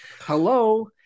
hello